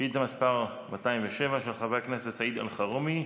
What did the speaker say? שאילתה מס' 207, של חבר הכנסת סעיד אלחרומי: